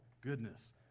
goodness